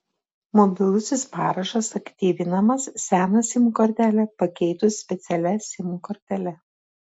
mobilusis parašas aktyvinamas seną sim kortelę pakeitus specialia sim kortele